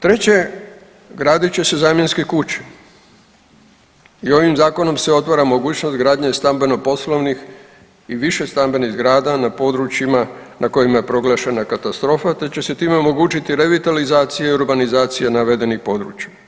Treće, gradit će se zamjenske kuće i ovim zakonom se otvara mogućnost gradnje stambeno poslovnih i višestambenih zgrada na područjima na kojima je proglašena katastrofa, te će se time omogućiti revitalizacija i urbanizacija navedenih područja.